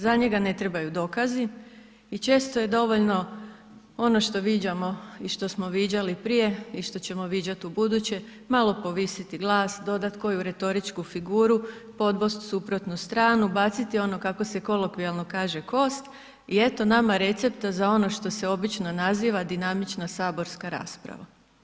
Za njega ne trebaju dokazi i često je dovoljno ono što viđamo i što smo viđali prije i što ćemo viđati ubuduće, malo povisiti glas, dodati koju retoričku figuru, podbosti suprotnu stranu, baciti ono, kako se kolokvijalno kaže, kost i eto nama recepta što se obično naziva dinamična saborska rasprava.